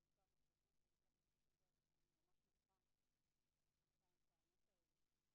השעה 11:04. זה הדיון הראשון.